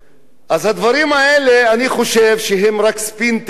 אני חושב שהדברים האלה הם רק ספין תקשורתי,